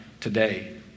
today